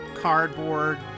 cardboard